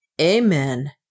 Amen